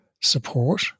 support